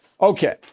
Okay